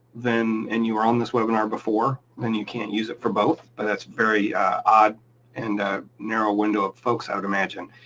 and you were on this webinar before, then you can't use it for both, but that's very odd and a narrow window of folks i would imagine.